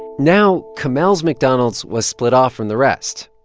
now kamel's mcdonald's was split off from the rest.